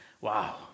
Wow